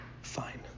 Fine